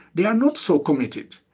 they are not so committed.